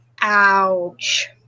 Ouch